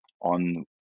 on